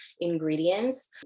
ingredients